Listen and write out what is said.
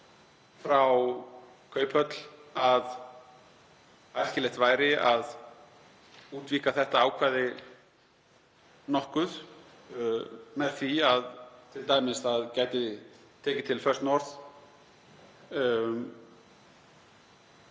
frá Kauphöll að æskilegt væri að útvíkka þetta ákvæði nokkuð með því t.d. að það gæti tekið til First North